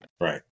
Right